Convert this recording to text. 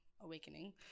awakening